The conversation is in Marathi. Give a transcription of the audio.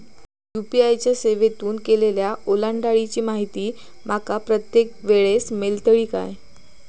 यू.पी.आय च्या सेवेतून केलेल्या ओलांडाळीची माहिती माका प्रत्येक वेळेस मेलतळी काय?